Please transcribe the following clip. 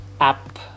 app